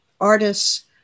artists